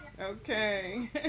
Okay